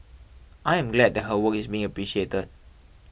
I am glad that her work is being appreciated